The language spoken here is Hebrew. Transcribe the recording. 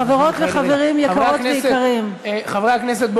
חברות וחברים יקרות ויקרים, חברי הכנסת.